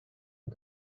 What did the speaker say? for